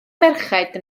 merched